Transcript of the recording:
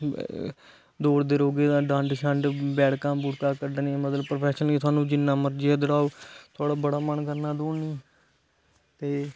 दौड़दे रौंहगे ता डंड शंड़ बैठकां वोठकां कड्डनी मतलब प्रफेशन गी सानू जिन्ना मर्जी दड़ाओ थुआढ़ा बड़ा मन करना दौड़ने गी ते